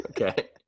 Okay